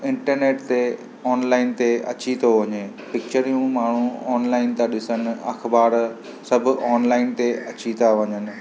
internet ते online ते अची थो वञे पिक्चरियूं माण्हू ऑनलाइन था ॾिसनि अख़बार सभु ऑनलाइन ते अची था वञनि